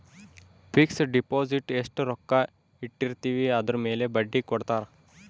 fix deposit ಎಸ್ಟ ರೊಕ್ಕ ಇಟ್ಟಿರ್ತಿವಿ ಅದುರ್ ಮೇಲೆ ಬಡ್ಡಿ ಕೊಡತಾರ